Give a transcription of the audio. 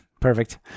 Perfect